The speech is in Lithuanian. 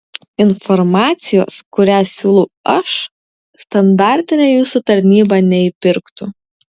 informacijos kurią siūlau aš standartinė jūsų tarnyba neįpirktų